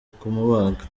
kumubaga